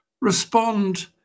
respond